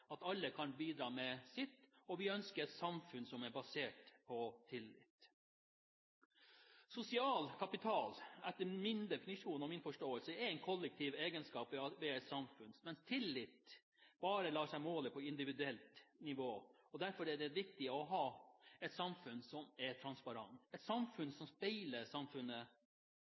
at alle kan bidra med sitt, og vi ønsker et samfunn som er basert på tillit. Sosial kapital, etter min definisjon og min forståelse, er en kollektiv egenskap ved et samfunn, mens tillit bare lar seg måle på individuelt nivå. Derfor er det viktig å ha et samfunn som er transparent, og et system som speiler samfunnet